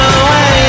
away